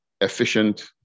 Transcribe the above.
efficient